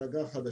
זו אגרה חדשה,